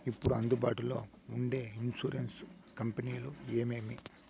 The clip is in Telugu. ఇప్పుడు అందుబాటులో ఉండే ఇన్సూరెన్సు కంపెనీలు ఏమేమి?